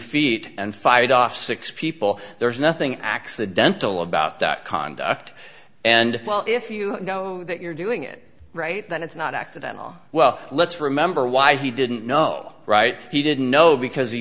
feet and fired off six people there is nothing accidental about that conduct and well if you go that you're doing it right that it's not accidental well let's remember why he didn't know right he didn't know because